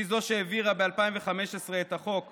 היא זו שהעבירה את החוק ב-2015,